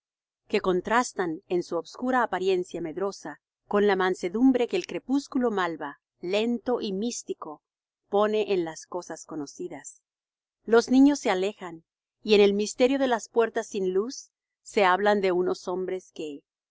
acaso que contrastan en su obscura apariencia medrosa con la mansedumbre que el crepúsculo malva lento y místico pone en las cosas conocidas los niños se alejan y en el misterio de las puertas sin luz se hablan de unos hombres que